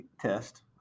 test